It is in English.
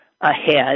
ahead